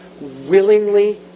willingly